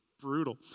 Brutal